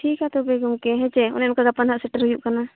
ᱴᱷᱤᱠᱟ ᱛᱚᱵᱮ ᱜᱚᱢᱠᱮ ᱦᱮᱸᱥᱮ ᱚᱱᱮ ᱚᱱᱠᱟ ᱜᱟᱯᱟ ᱱᱟᱦᱟᱜ ᱥᱮᱴᱮᱨ ᱦᱩᱭᱩᱜ ᱠᱟᱱᱟ